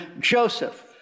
Joseph